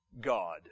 God